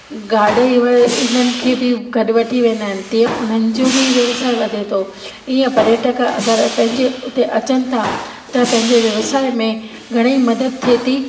गाड इव इन्हनि खे बि गॾु वठी वेंदा आहिनि तीअं उन्हनि जो बि व्यवसाय वधे थो ईअं पर्यटक अगरि पंहिंजे उते अचनि था त पंहिंजे व्यवसाय में घणई मदद थिए थी